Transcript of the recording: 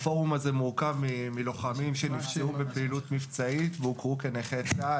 הפורום הזה מורכב מלוחמים שנפצעו בפעילות מבצעית והוכרו כנכי צה"ל,